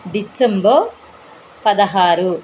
December పదహారు